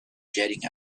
jetting